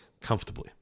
comfortably